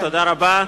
תודה רבה.